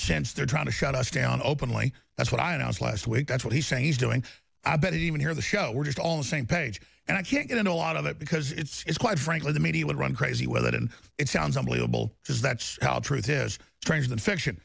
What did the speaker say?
since they're trying to shut us down openly that's what i announced last week that's what he's saying he's doing i bet even here in the show we're just on the same page and i can't get into a lot of it because it's quite frankly the media would run crazy with it and it sounds unbelievable because that's how truth is stranger than fiction